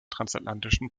transatlantischen